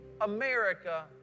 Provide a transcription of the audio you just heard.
America